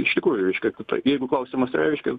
iš tikrųjų reiškia apie tai jeigu klausimas reiškia